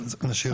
אז אני אגיד